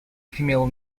female